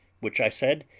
which, i said,